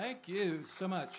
thank you so much